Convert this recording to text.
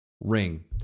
ring